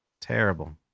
terrible